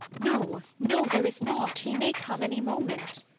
no, no, there is not! he may come any moment.